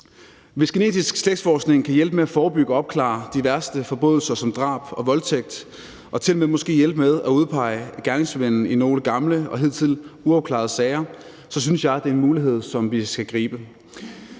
Hvis genetisk slægtsforskning kan hjælpe med at forebygge og opklare de værste forbrydelser som drab og voldtægt og tilmed måske hjælpe med at udpege gerningsmanden i nogle gamle og hidtil uopklarede sager, synes jeg, det er en mulighed, som vi skal gribe.